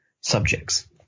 subjects